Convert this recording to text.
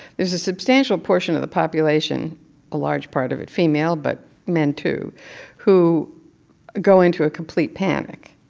there's a substantial portion of the population a large part of it female but men, too who go into a complete panic